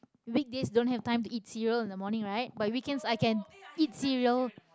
weekdays don't have time to eat cereal in the morning right but weekends I can eat cereal